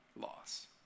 loss